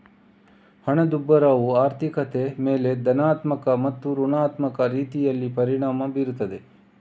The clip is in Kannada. ಹಣದುಬ್ಬರವು ಆರ್ಥಿಕತೆಯ ಮೇಲೆ ಧನಾತ್ಮಕ ಮತ್ತು ಋಣಾತ್ಮಕ ರೀತಿಯಲ್ಲಿ ಪರಿಣಾಮ ಬೀರುತ್ತದೆ